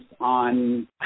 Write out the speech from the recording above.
on